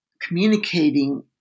communicating